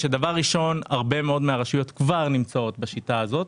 הרבה מאוד מהרשויות כבר מודדות בשיטה הזו,